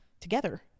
together